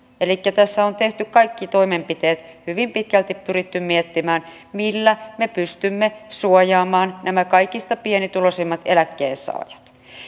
elikkä tässä on tehty kaikki toimenpiteet hyvin pitkälti pyritty miettimään millä me pystymme suojaamaan nämä kaikista pienituloisimmat eläkkeensaajat